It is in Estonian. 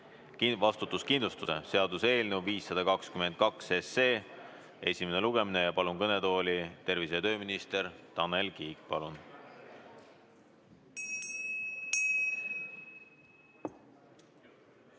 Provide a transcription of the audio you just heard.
vastutuskindlustuse seaduse eelnõu 522 esimene lugemine. Palun kõnetooli tervise‑ ja tööminister Tanel Kiige. Palun!